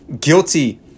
Guilty